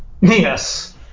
Yes